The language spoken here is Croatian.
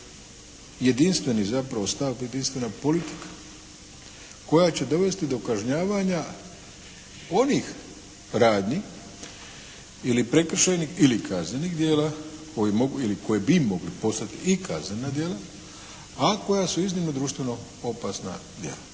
jedinstveni zapravo stav, jedinstvena politika koja će dovesti do kažnjavanja onih radnji ili prekršajnih ili kaznenih djela koji mogu ili koji bi mogli postati i kaznena djela, a koja su iznimno društveno opasna djela.